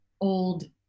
old